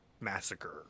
massacre